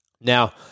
Now